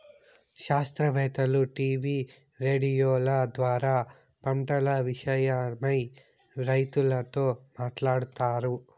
శాస్త్రవేత్తలు టీవీ రేడియోల ద్వారా పంటల విషయమై రైతులతో మాట్లాడుతారు